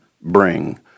bring